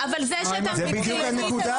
מה עם הכבוד --- זו בדיוק הנקודה,